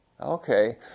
Okay